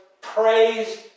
praised